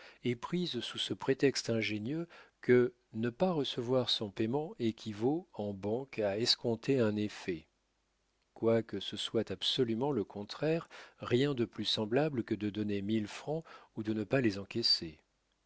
est prise sous ce prétexte ingénieux que ne pas recevoir son payement équivaut en banque à escompter un effet quoique ce soit absolument le contraire rien de plus semblable que de donner mille francs ou de ne pas les encaisser